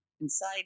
inside